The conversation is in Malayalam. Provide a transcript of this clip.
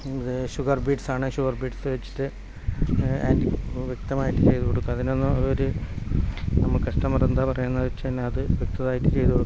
ഷുഗർ ബീഡ്സ് ആണെ ഷുഗർ ബീഡ്സ് വെച്ചിട്ട് ആൻറ്റിക്ക് വ്യക്തമായിട്ട് ചെയ്തു കൊടുക്കും അതിനൊന്നും ഒരു നമ്മ കസ്റ്റമർ എന്താ പറയുന്നതെന്ന് വെച്ചാൽ അത് വ്യക്തമായിട്ട് ചെയ്തു കൊടുക്കും